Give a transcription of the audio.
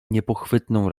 niepochwytną